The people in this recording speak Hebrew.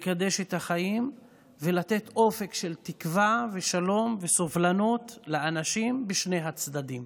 לקדש את החיים ולתת אופק של תקווה ושלום וסובלנות לאנשים בשני הצדדים.